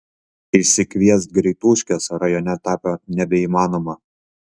išsikviest greituškės rajone tapo nebeįmanoma